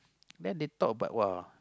then they talk about !wah!